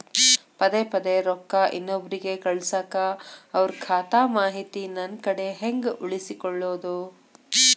ಪದೆ ಪದೇ ರೊಕ್ಕ ಇನ್ನೊಬ್ರಿಗೆ ಕಳಸಾಕ್ ಅವರ ಖಾತಾ ಮಾಹಿತಿ ನನ್ನ ಕಡೆ ಹೆಂಗ್ ಉಳಿಸಿಕೊಳ್ಳೋದು?